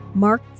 Mark